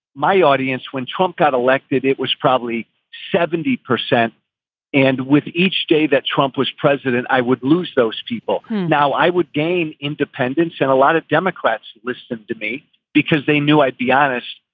my audience, when trump got elected, it was probably seventy percent and with each day that trump was president, i would lose those people now, i would gain independence. and a lot of democrats listen to me because they knew i'd be honest,